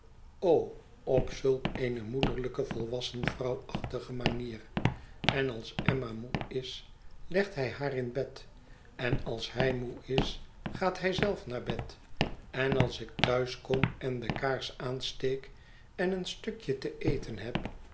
o op zulk eene moederlijke volwassenvrouwachtige manier en als emma moe is legt hij haar in bed en als hij moe is gaat hij zelf naar bed en als ik thuis kom en de kaars aansteek en een stukje te eten heb